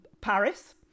Paris